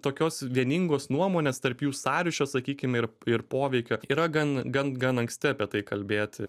tokios vieningos nuomonės tarp jų sąryšio sakykim ir ir poveikio yra gan gan gan anksti apie tai kalbėti